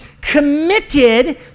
committed